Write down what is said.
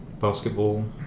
Basketball